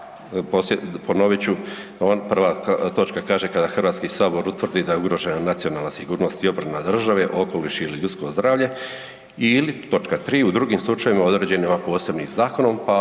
ponovit ću, prva točka kaže kada HS utvrdi da je ugrožena nacionalna sigurnost i obrana države, okoliš ili ljudsko zdravlje ili, točka tri u drugim slučajevima određenima posebnim zakonom, pa